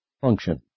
function